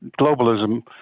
globalism